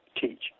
teach